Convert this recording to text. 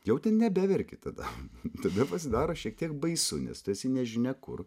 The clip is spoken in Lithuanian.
jau nebeverki tada tada pasidaro šiek tiek baisu nes tu esi nežinia kur